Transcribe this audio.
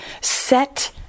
set